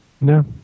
No